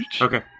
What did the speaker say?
Okay